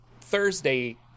thursday